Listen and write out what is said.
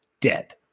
Dead